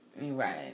Right